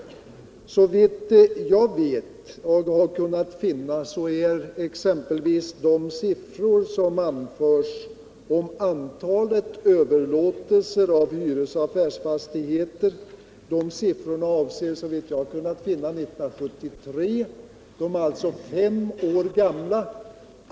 Såvitt jag kunnat finna är siffrorna om antalet överlåtelser av hyresoch affärsfastigheter från 1973. De är alltså fem år gamla.